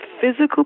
physical